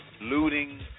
looting